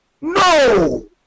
No